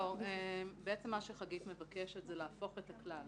-- בעצם מה שחגית מבקשת זה להפוך את הכלל.